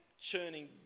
churning